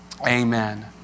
Amen